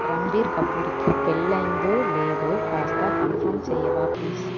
రణబీర్ కపూర్కి పెళ్ళి అయిందో లేదో కాస్త కన్ఫర్మ్ చెయ్యవా ప్లీజ్